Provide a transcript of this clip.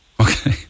Okay